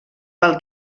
pel